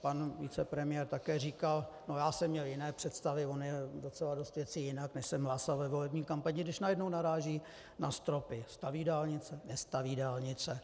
Pan vicepremiér také říkal: já jsem měl jiné představy, ono je docela dost věcí jinak, než jsem hlásal ve volební kampani, když najednou naráží na stropy staví dálnice, nestaví dálnice.